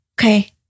Okay